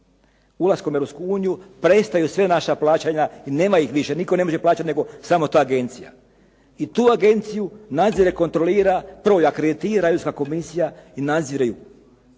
Ulaskom u Europskom uniju prestaju sva naša plaćanja i nema ih više. Nitko ne može plaćati nego samo ta agencija, i tu agenciju nadzire, kontrolira, prvo ju akreditira Europska Komisija i nadzire ju.